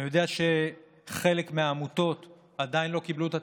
אני יודע שחלק מהעמותות עדיין לא קיבלו את התקציבים,